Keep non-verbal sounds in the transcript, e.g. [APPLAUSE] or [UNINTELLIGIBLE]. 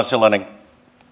[UNINTELLIGIBLE] sellainen